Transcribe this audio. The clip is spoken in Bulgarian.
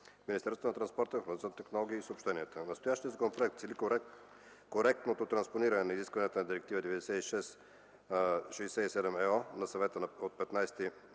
Министерството на транспорта, информационните технологии и съобщенията. Настоящият законопроект цели коректното транспониране на изискванията на Директива 96/67/ЕО на Съвета от 15